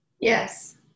Yes